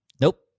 Nope